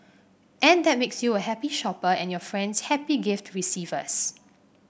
and that makes you a happy shopper and your friends happy gift receivers